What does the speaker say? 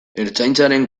ertzaintzaren